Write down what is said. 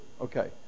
Okay